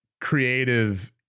creative